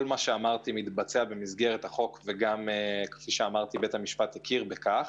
כל מה שאמרתי מתבצע במסגרת החוק וגם בית המשפט הכיר בכך.